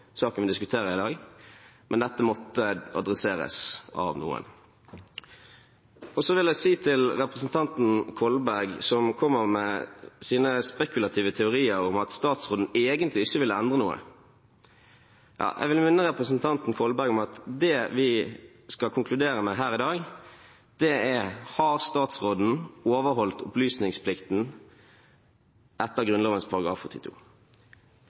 saken vi diskuterer i dag, men dette måtte tas opp av noen. Så til representanten Kolberg, som kommer med sine spekulative teorier om at statsråden egentlig ikke ville endre noe. Jeg vil minne representanten Kolberg om at det vi skal konkludere med her i dag, er om statsråden har overholdt opplysningsplikten etter Grunnloven § 82. Jeg vil si at i dag har Arbeiderpartiet, Sosialistisk Venstreparti og